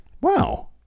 Wow